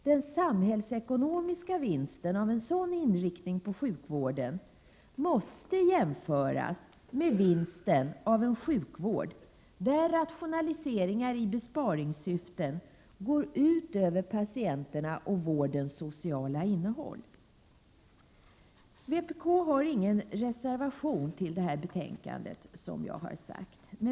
Den samhällsekonomiska vinsten av en sådan inriktning av sjukvården måste jämföras med vinsten av en sjukvård där rationaliseringar i besparingssyfte går ut över patienterna och vårdens sociala innehåll. Vpk har inte fogat någon reservation till detta betänkande, som jag har sagt.